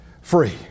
free